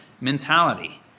mentality